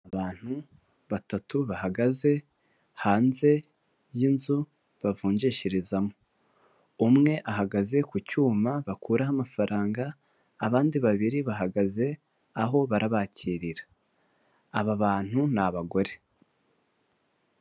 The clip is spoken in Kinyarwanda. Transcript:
Abantu batatu bahagaze hanze y'inzu bavunjishirezamo. Umwe ahagaze ku cyuma bakuraho amafaranga, abandi babiri bahagaze aho barabakirira. Aba bantu ni abagore.